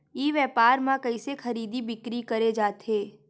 ई व्यापार म कइसे खरीदी बिक्री करे जाथे?